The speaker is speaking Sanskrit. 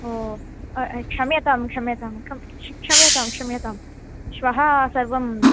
ओ क्षम्यतां क्षम्यतां क्षम्यतां क्षम्यतां श्वः सर्वम्